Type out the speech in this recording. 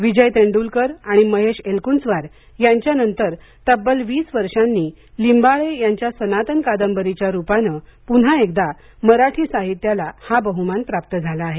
विजय तेंडुलकर आणि महेश एलक्ंचवार यांच्यानंतर तब्बल वीस वर्षांनी लिंबाळे यांच्या सनातन कादंबरीच्या रूपाने पुन्हा एकदा मराठी साहित्याला हा बह्मान प्राप्त झाला आहे